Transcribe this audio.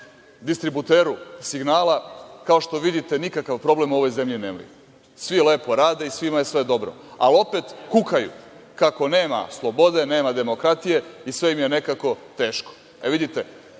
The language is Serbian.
distributeru signala, kao što vidite nikakav problem u ovoj zemlji nemaju, svi lepo rade i svima je sve dobro, ali opet kukaju kako nema slobode, nema demokratije i sve im je nekako teško.E vidite,